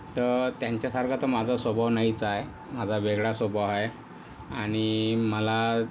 तर त्यांच्यासारखा तर माझा स्वभाव नाहीच आहे माझा वेगळा स्वभाव आहे आणि मला